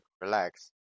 Relax